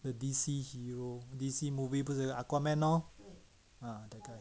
the D_C hero D_C movie 不是有一个 aquaman lor